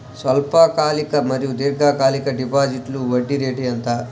స్వల్పకాలిక మరియు దీర్ఘకాలిక డిపోజిట్స్లో వడ్డీ రేటు ఎంత?